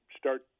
start